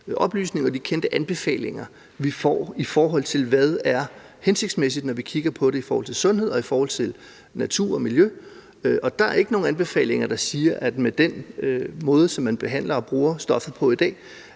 oplysninger og anbefalinger, vi får, i forhold til hvad der er hensigtsmæssigt i forhold til sundhed og i forhold til natur og miljø, og der er ikke nogen anbefalinger, der siger, at det med den måde, som man behandler og bruget stoffet på i dag,